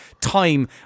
time